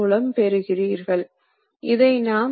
நீங்கள் ஒரு பகுதி நிரலை எழுத வேண்டும்